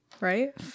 Right